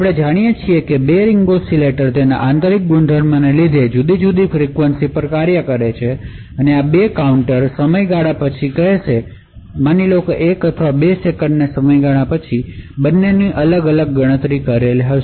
આપણે જાણીએ છીએ કે 2 રીંગ ઓસિલેટર તેમની આંતરિક ગુણધર્મોને લીધે જુદી જુદી ફ્રીક્વન્સી પર કાર્યરત છે આ 2 કાઉન્ટર્સ થોડા સમયગાળા પછી માનો કે 1 અથવા 2 સેકંડ પછી અલગ અલગ મૂલ્ય પ્રાપ્ત કરશે